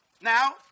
now